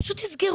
הם פשוט יסגרו,